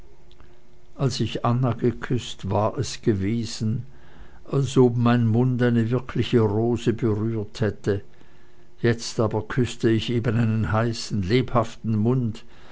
als ich anna geküßt war es gewesen als ob mein mund eine wirkliche rose berührt hätte jetzt aber küßte ich eben einen heißen leibhaften mund